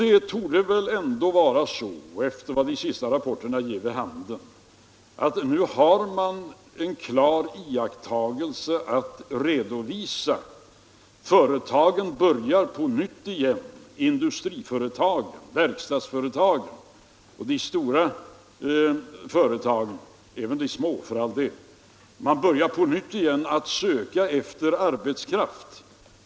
Enligt vad de senaste rapporterna ger vid handen kan det nu klart iakttas att företagen på nytt börjar söka efter arbetskraft. Det gäller industriföretag, verkstadsföretag, stora företag lika väl som små.